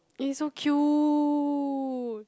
eh so cute